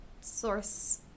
source